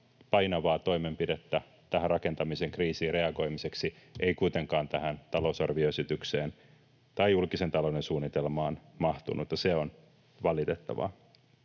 painavaa toimenpidettä tähän rakentamisen kriisiin reagoimiseksi ei kuitenkaan tähän talousarvioesitykseen tai julkisen talouden suunnitelmaan mahtunut, ja se on valitettavaa.